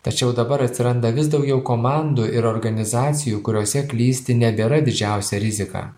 tačiau dabar atsiranda vis daugiau komandų ir organizacijų kuriose klysti nebėra didžiausia rizika